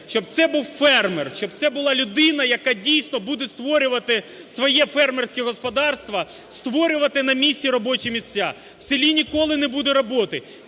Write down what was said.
Щоб це був фермер, щоб це була людина, яка дійсно буде створювати своє фермерське господарство, створювала на місці робочі місця. В селі ніколи не буде роботи.